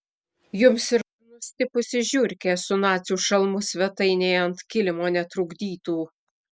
jums ir nustipusi žiurkė su nacių šalmu svetainėje ant kilimo netrukdytų